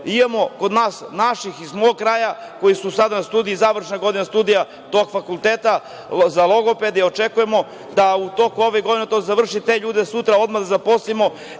imamo kod nas, iz mog kraja, koji su sada na studiji završna godina studija tog fakulteta za logopede i očekujemo da u toku ove godine to završe, i te ljude sutra odmah da zaposlim,